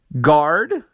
Guard